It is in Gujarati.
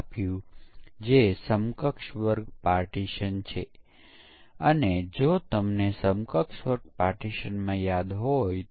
આપણે પ્રારંભ કરતા પહેલાઆપણે છેલ્લા સત્રમાં જેની ચર્ચા કરી તેના આધારે ફક્ત એક પ્રશ્ન જોઇયે